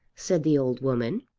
said the old woman.